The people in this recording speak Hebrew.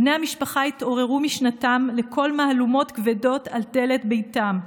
בני המשפחה התעוררו משנתם לקול מהלומות כבדות על דלת ביתם,